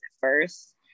first